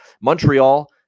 Montreal